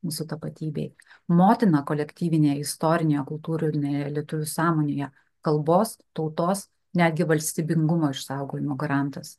mūsų tapatybei motina kolektyvinėje istorinėje kultūrinėje lietuvių sąmonėje kalbos tautos netgi valstybingumo išsaugojimo garantas